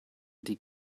die